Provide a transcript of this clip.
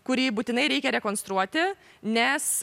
kurį būtinai reikia rekonstruoti nes